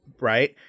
right